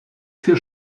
für